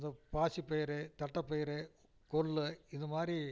இந்த பாசிப்பயிறு தட்டைப்பயிறு கொள்ளு இது மாதிரி